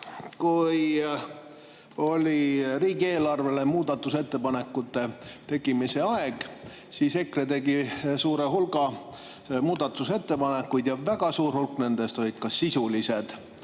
Kui oli riigieelarve kohta muudatusettepanekute tegemise aeg, siis tegi EKRE suure hulga muudatusettepanekuid ja väga suur hulk nendest olid sisulised.